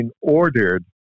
ordered